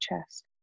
chest